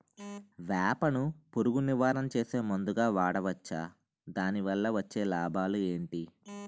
వేప ను పురుగు నివారణ చేసే మందుగా వాడవచ్చా? దాని వల్ల వచ్చే లాభాలు ఏంటి?